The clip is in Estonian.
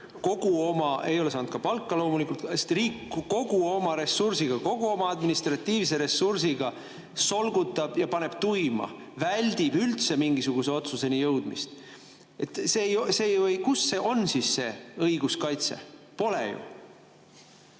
õiguskaitset, ei ole saanud ka palka loomulikult, sest riik kogu oma ressursiga, kogu oma administratiivse ressursiga solgutab ja paneb tuima, väldib üldse mingisuguse otsuseni jõudmist. Kus siis on see õiguskaitse? Pole ju.